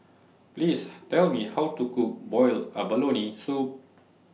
Please Tell Me How to Cook boiled abalone Soup